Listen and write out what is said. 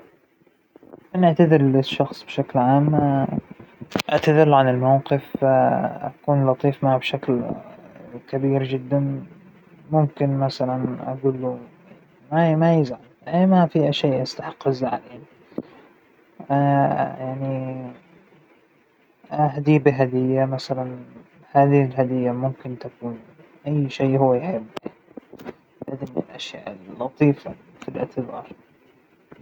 الأعتزار بيكون بحجم الخطأ، يعنى لو إنى أخطأت خطأ مرة فادح بشخص، فلازم لازم الإعتزار يكون مرة كبير ومرة واضح ومرة صريح، ما فى ضرورة للمماطلة بس انت غلط أبس نا غلط، الإعتذار لآزم يكون صريح وبصورة واضحة، وبحجم الخطأ الى أنا أخطاته.